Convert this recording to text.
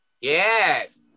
Yes